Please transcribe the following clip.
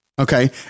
Okay